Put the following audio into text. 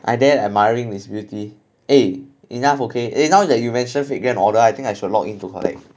I there admiring its beauty eh enough okay eh now that you mention fate grand order I think I should log in to collect